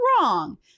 wrong